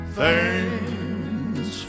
thanks